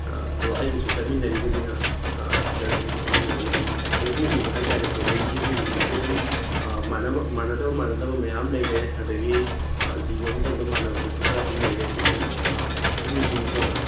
ꯑꯥ ꯑꯗꯣ ꯑꯩꯒꯁꯨ ꯆꯠꯃꯤꯟꯅꯔꯤꯕꯅꯤꯅ ꯁꯤꯗ ꯑꯗꯨꯝ ꯑꯗꯣꯝꯅꯁꯨ ꯑꯗꯨꯝ ꯈꯪꯕꯤꯅꯤꯡꯕ ꯍꯥꯏꯇꯔꯦꯀꯣ ꯂꯩꯔꯤꯕ ꯖꯤꯕꯁꯤꯡꯁꯦ ꯑꯗꯨꯝ ꯃꯥꯟꯅꯗꯕ ꯃꯥꯟꯅꯗꯕ ꯃꯌꯥꯝ ꯂꯩꯔꯦ ꯑꯗꯒꯤ ꯑꯥ ꯖꯤꯕ ꯑꯃꯇꯪꯒ ꯃꯥꯟꯅꯕꯗꯁꯨ ꯈꯔ ꯑꯗꯨꯝ ꯂꯩꯔꯦ ꯁꯤ ꯑꯗꯨꯝ ꯎꯔꯤꯁꯤꯅꯤꯀꯣ ꯑꯗꯨꯝ